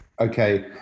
okay